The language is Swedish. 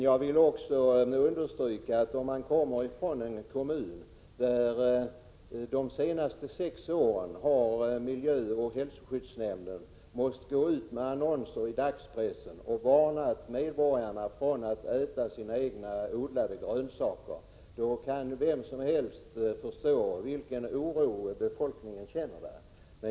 Jag vill också understryka att jag kommer från en kommun där under de senaste sex åren miljöoch hälsoskyddsnämnden måst gå ut med annonser i dagspressen och varna medborgarna för att äta sina egna odlade grönsaker. Mot den bakgrunden kan vem som helst förstå vilken oro folk känner.